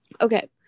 Okay